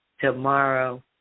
tomorrow